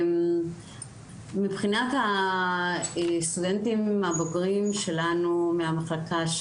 מבחינת הסטודנטים הבוגרים שלנו מהמחלקה,